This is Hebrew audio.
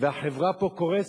והחברה פה קורסת.